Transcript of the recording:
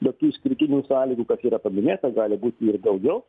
be tų išskirtinių sąlygų kas yra paminėta gali būti ir daugiau